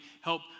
help